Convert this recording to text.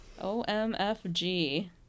OMFG